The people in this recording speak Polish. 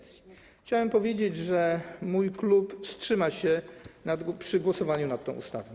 Chciałem powiedzieć, że mój klub wstrzyma się podczas głosowania nad tą ustawą.